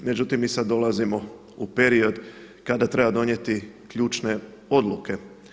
Međutim, mi sad dolazimo u period kada treba donijeti ključne odluke.